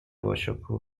باشکوه